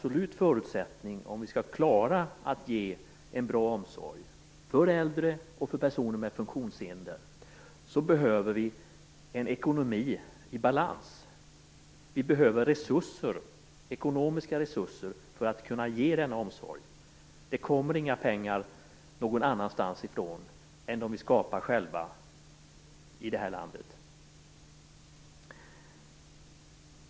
Om vi skall klara att ge en bra omsorg för äldre och för personer med funktionshinder är förutsättningen en ekonomi i balans. Vi behöver ekonomiska resurser för att kunna ge denna omsorg. Det kommer inga andra pengar någon annstans ifrån än de som vi skapar själva i detta land.